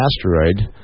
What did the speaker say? asteroid